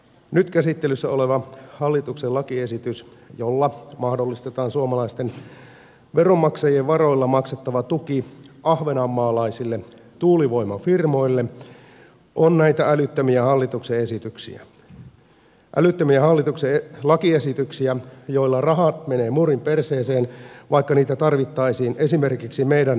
nyt käsittelyssä oleva hallituksen lakiesitys jolla mahdollistetaan suomalaisten veronmaksajien varoilla maksettava tuki ahvenanmaalaisille tuulivoimafirmoille on näitä älyttömiä hallituksen esityksiä älyttömiä hallituksen lakiesityksiä joilla rahat menevät murrin perseeseen vaikka niitä tarvittaisiin esimerkiksi meidän vanhusten hoidossa